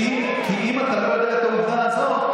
כי אם אתה לא יודע את העובדה הזאת,